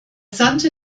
sandte